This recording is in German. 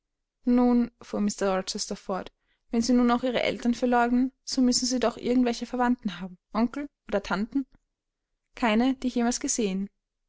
fuhr mr rochester fort wenn sie nun auch ihre eltern verleugnen so müssen sie doch irgend welche verwandte haben onkel oder tanten keine die ich jemals gesehen